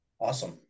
Awesome